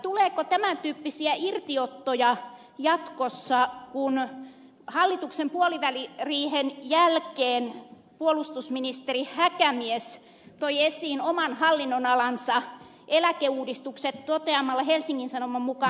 tuleeko tämän tyyppisiä irtiottoja jatkossa kun hallituksen puoliväliriihen jälkeen puolustusministeri häkämies toi esiin oman hallinnonalansa eläkeuudistuksen toteamalla helsingin sanoman mukaan näin